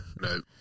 No